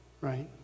right